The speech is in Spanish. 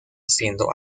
siendo